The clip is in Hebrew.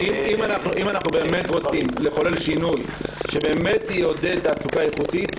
אם אנחנו באמת רוצים לחולל שינוי שבאמת יעודד תעסוקה איכותית,